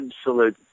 absolute